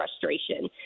frustration